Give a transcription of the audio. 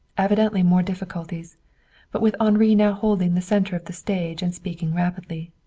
evidently more difficulties but with henri now holding the center of the stage and speaking rapidly.